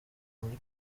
muri